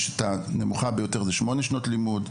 יש את הנמוכה ביותר שזה שמונה שנות לימוד,